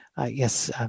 Yes